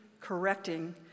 correcting